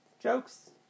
jokes